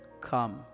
Come